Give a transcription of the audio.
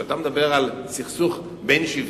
כאשר אתה מדבר על סכסוך בין-שבטי,